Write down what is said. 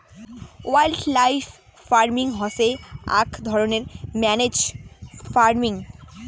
wildlife farming হসে আক ধরণের ম্যানেজড ফার্মিং